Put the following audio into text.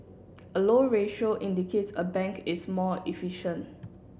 a low ratio indicates a bank is more efficient